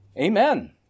Amen